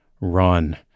run